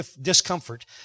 discomfort